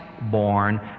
born